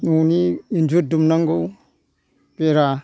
न'नि इन्जुर दुमनांगौ बेरा